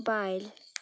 बायल